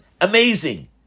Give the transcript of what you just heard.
Amazing